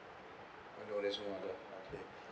no there's no other okay